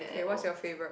okay what's your favourite